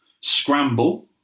Scramble